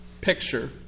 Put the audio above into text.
picture